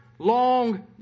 Long